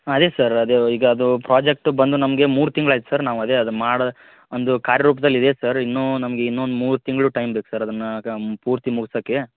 ಹಾಂ ಅದೆ ಸರ್ ಅದು ಈಗ ಅದು ಪ್ರಾಜೆಕ್ಟ್ ಬಂದು ನಮಗೆ ಮೂರು ತಿಂಗ್ಳು ಆಯ್ತು ಸರ್ ನಾವು ಅದೆ ಅದು ಮಾಡಿ ಒಂದು ಕಾರ್ಯ ರೂಪ್ದಲ್ಲಿ ಇದೆ ಸರ್ ಇನ್ನೂ ನಮಗೆ ಇನ್ನು ಒಂದು ಮೂರು ತಿಂಗಳು ಟೈಮ್ ಬೇಕು ಸರ್ ಅದನ್ನ ಕಮ್ ಪೂರ್ತಿ ಮುಗ್ಸಕೆ